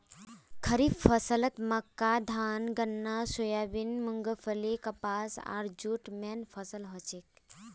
खड़ीफ फसलत मक्का धान गन्ना सोयाबीन मूंगफली कपास आर जूट मेन फसल हछेक